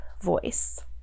voice